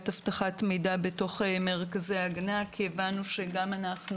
אבטחת המידע בתוך מרכזי ההגנה כי הבנו שגם אנחנו,